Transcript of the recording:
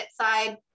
side